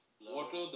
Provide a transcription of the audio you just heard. water